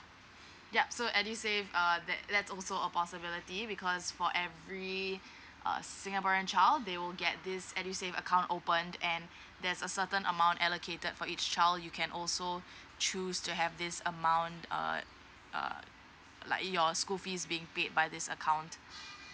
yup so edusave err that that's also a possibility because for every uh singaporean child they will get these edusave account opened and there's a certain amount allocated for each child you can also choose to have this amount uh uh like your school fees being paid by this account